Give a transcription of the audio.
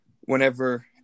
whenever